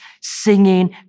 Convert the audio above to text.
Singing